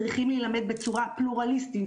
צריכים להילמד בצורה פלורליסטית,